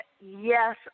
yes